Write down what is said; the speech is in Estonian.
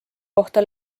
kohta